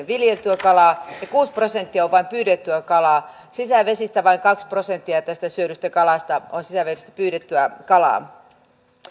viljeltyä kalaa ja vain kuusi prosenttia on pyydettyä kalaa ja vain kaksi prosenttia tästä syödystä kalasta on sisävesistä pyydettyä kalaa